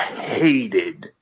hated